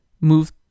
move